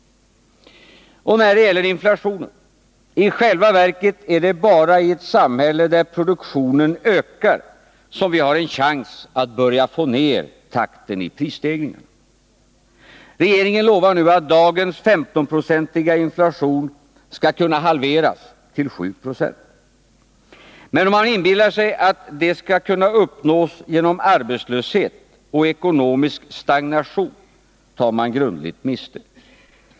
När det gäller inflationen är det i själva verket bara i ett samhälle där produktionen fortsätter att öka som vi har en chans att börja få ner takten i prisstegringarna. Regeringen lovar nu att dagens 15-procentiga inflation skall kunna halveras till 7 26. Men om man inbillar sig att detta skall kunna uppnås genom arbetslöshet och ekonomisk stagnation, tar man grundligt miste.